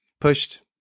pushed